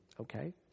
Okay